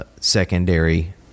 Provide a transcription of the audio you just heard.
Secondary